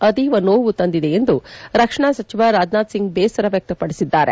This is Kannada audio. ಅತೀವ ನೋವು ತಂದಿದೆ ಎಂದು ರಕ್ಷಣಾ ಸಚಿವ ರಾಜನಾಥ್ ಸಿಂಗ್ ಬೇಸರ ವ್ಯಕ್ತಪದಿಸಿದ್ದಾರೆ